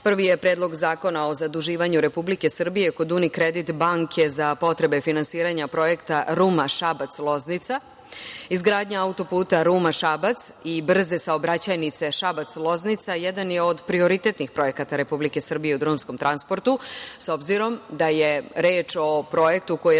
je Predlog zakona o zaduživanju Republike Srbije kod Unikredit banke za potrebe finansiranja projekta Ruma, Šabac, Loznica, izgradnja autoputa Ruma-Šabac i brze saobraćajnice Šabac-Loznica, jedan je od prioritetnih projekata Republike Srbije u drumskom transportu, s obzirom da je reč o projektu koji je